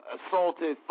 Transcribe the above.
Assaulted